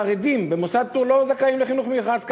חרדים במוסד פטור לא זכאים לחינוך מיוחד.